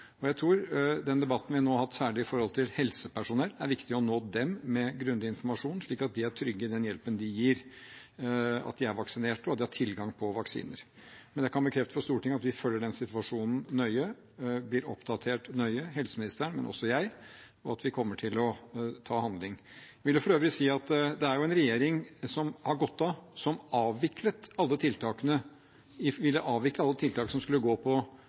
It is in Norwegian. er viktig å nå dem med grundig informasjon, slik at de er trygge i den hjelpen de gir, at de er vaksinert, og at de har tilgang på vaksiner. Jeg kan bekrefte for Stortinget at vi følger situasjonen nøye og blir nøye oppdatert – både helseministeren og jeg – og at vi kommer til å ta grep. Jeg vil for øvrig si at det er en regjering som har gått av, som ville avvikle alle tiltak som skulle gå på